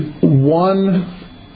one